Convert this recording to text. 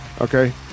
okay